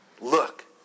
Look